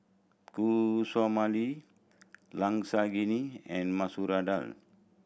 Guacamole Lasagne and Masoor Dal